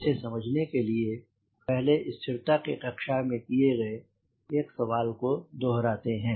इसे समझने के लिए पहले स्थिरता की कक्षा में किये गए एक सवाल को दोहराते हैं